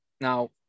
Now